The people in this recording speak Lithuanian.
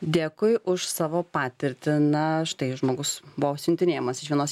dėkui už savo patirtį na štai žmogus buvo siuntinėjamas iš vienos